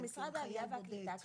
זה משרד העלייה והקליטה.